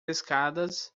escadas